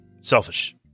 Selfish